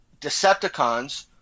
Decepticons